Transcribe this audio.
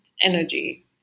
energy